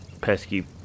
pesky